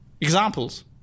examples